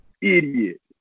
Idiot